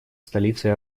столицей